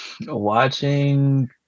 watching